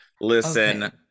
Listen